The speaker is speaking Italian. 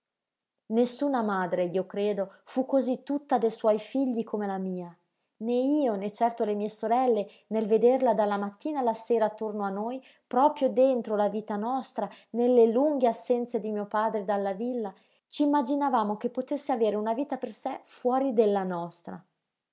nessuna madre io credo fu cosí tutta de suoi figli come la mia né io né certo le mie sorelle nel vederla dalla mattina alla sera attorno a noi proprio dentro la vita nostra nelle lunghe assenze di mio padre dalla villa c'immaginavamo che potesse avere una vita per sé fuori della nostra